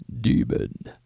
Demon